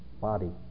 body